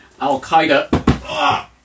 Al-Qaeda